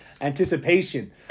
Anticipation